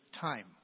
time